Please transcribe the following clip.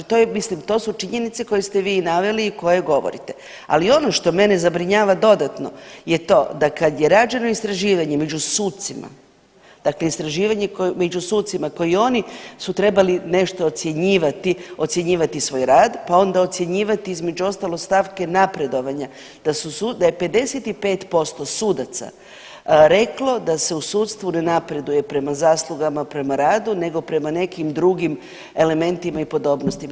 To je, mislim to su činjenice koje ste vi i naveli i koje govorite, ali ono što mene zabrinjava dodatno je to da kad je rađeno istraživanje među sucima, dakle istraživanje koje, među sucima koje oni su trebali nešto ocjenjivati, ocjenjivati svoj rad pa onda ocjenjivati između ostalog stavke napredovanja, da je 55% sudaca reklo da se u sudstvu ne napreduje prema zaslugama, prema radu nego prema nekim drugim elementima i podobnostima.